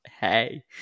hey